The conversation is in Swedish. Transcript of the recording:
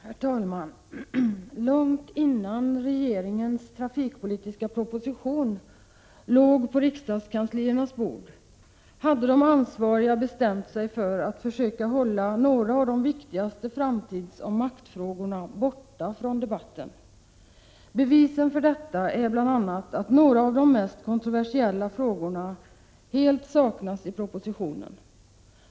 Herr talman! Långt innan regeringens trafikpolitiska proposition låg på riksdagskansliernas bord hade de ansvariga bestämt sig för att försöka hålla några av de viktigaste framtidsoch maktfrågorna borta från debatten. Bevisen för detta är bl.a. att några av de mest kontroversiella frågorna helt saknas i propositionen.